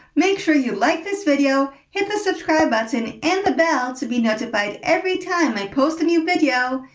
make sure you like this video, hit the subscribe button and the bell to be notified every time i post a new video,